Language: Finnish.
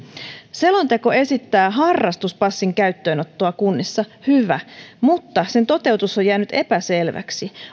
selonteko esittää harrastuspassin käyttöönottoa kunnissa hyvä mutta sen toteutus on jäänyt epäselväksi